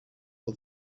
for